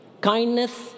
Kindness